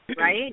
right